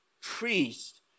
Priest